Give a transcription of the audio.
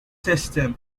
system